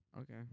Okay